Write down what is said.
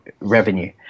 revenue